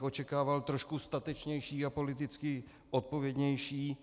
Očekával bych trošku statečnější a politicky odpovědnější...